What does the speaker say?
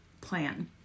plan